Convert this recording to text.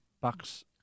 bucks